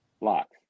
Locks